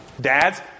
Dads